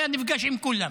היה נפגש עם כולם,